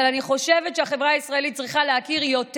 אבל אני חושבת שהחברה הישראלית צריכה להכיר יותר.